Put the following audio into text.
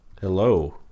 hello